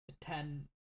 ten